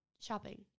shopping